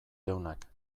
deunak